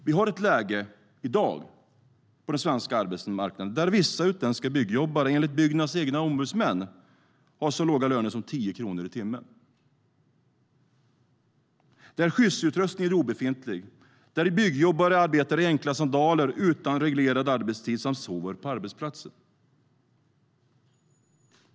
Vi har i dag ett läge på svensk arbetsmarknad där vissa utländska byggjobbare enligt Byggnads egna ombudsmän har så låga löner som 10 kronor i timmen. Skyddsutrustningen är obefintlig, och byggjobbare arbetar i enkla sandaler utan reglerad arbetstid och sover på arbetsplatsen.